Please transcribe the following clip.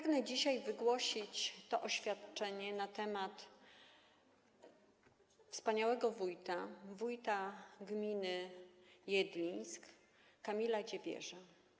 Pragnę dzisiaj wygłosić oświadczenie na temat wspaniałego wójta, wójta gminy Jedlińsk, Kamila Dziewierza.